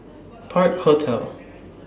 Park Hotel